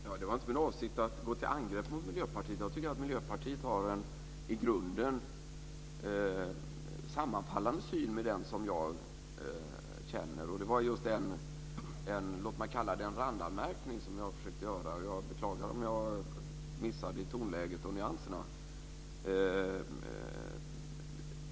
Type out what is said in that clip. Herr talman! Det var inte min avsikt att gå till angrepp mot Miljöpartiet. Jag tycker att Miljöpartiet har en i grunden sammanfallande syn med den som jag har. Det var en låt mig kalla det randanmärkning som jag försökte göra. Jag beklagar om jag missade i tonläget och nyanserna.